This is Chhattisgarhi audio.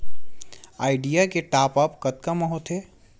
आईडिया के टॉप आप कतका म होथे?